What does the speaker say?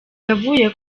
yavuye